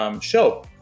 show